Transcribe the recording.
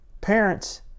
parents